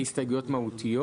אלה הסתייגויות מהותיות?